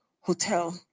hotel